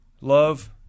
Love